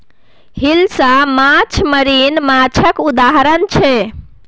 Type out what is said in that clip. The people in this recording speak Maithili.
हिलसा माछ मरीन माछक उदाहरण छै